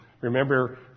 Remember